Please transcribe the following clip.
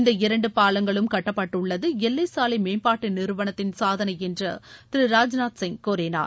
இந்த இரண்டு பாலங்களும் கட்டப்பட்டுள்ளது எல்லை சாலை மேம்பாட்டு நிறுவனத்தின் சாதனை என்று திரு ராஜ்நாத் சிங் கூறினார்